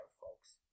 folks